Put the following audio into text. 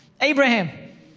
Abraham